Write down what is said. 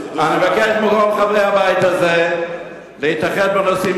מבקש מכל חברי הבית הזה להתאחד בנושאים